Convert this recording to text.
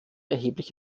erheblich